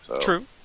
true